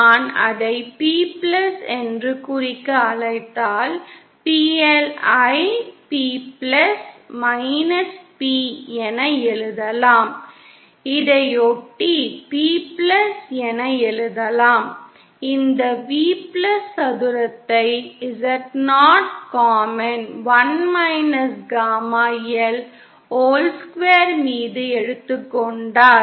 நான் அதை P என்று குறிக்க அழைத்தால் PL ஐ P P என எழுதலாம் இதையொட்டி P என எழுதலாம் இந்த V சதுரத்தை Zo common 1 comma L whole square மீது எடுத்துக் கொண்டால்